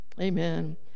Amen